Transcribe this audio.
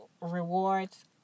rewards